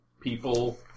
people